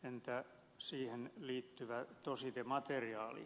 entä siihen liittyvä tositemateriaali